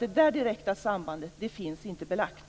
Det direkta sambandet finns inte belagt.